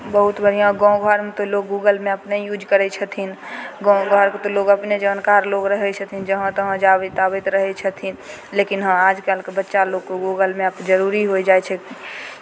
बहुत बढ़िआँ गाँव घरमे तऽ लोग गूगल मैप नहि यूज करै छथिन गाँव घरके तऽ लोक अपने जानकार लोक रहै छथिन जहाँ तहाँ जाबैत आबैत रहै छथिन लेकिन हँ आजकल के बच्चा लोककेँ गूगल मैप जरूरी हो जाइ छै